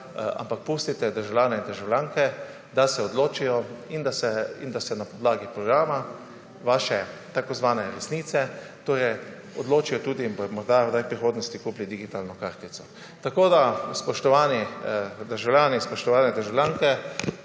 ampak pustite državljane in državljanke, da se odločijo in da se na podlagi programa vaše tako imenovane resnice odločijo, ali bodo morda kdaj v prihodnosti kupili digitalno kartico. Tako da, spoštovani državljani, spoštovane državljanke,